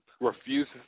refuses